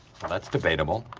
well, that's debatable,